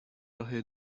راه